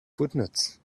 footnotes